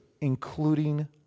including